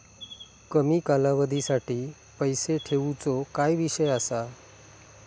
कमी कालावधीसाठी पैसे ठेऊचो काय विषय असा?